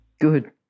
Good